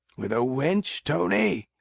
with a wench, tony?